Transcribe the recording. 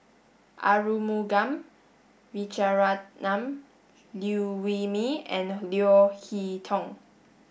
Arumugam Vijiaratnam Liew Wee Mee and Leo Hee Tong